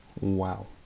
Wow